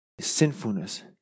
sinfulness